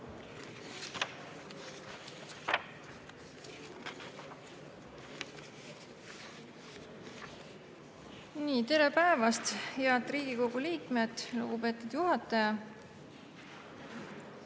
Tere päevast, head Riigikogu liikmed! Lugupeetud juhataja!